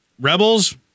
Rebels